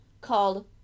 called